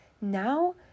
now